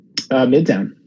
Midtown